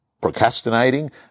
procrastinating